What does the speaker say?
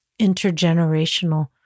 Intergenerational